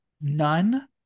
None